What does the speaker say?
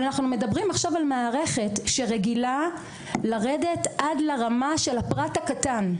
אבל אנחנו מדברים עכשיו על מערכת שרגילה לרדת עד לרמה של הפרט הקטן.